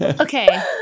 Okay